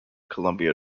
columbia